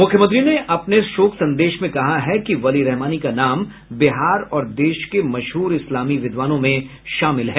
मुख्यमंत्री ने अपने शोक संदेश में कहा है कि वली रहमानी का नाम बिहार और देश के मशहूर इस्लामी विद्वानों में शामिल हैं